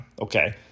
okay